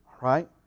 right